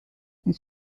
and